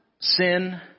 sin